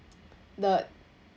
the